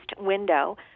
window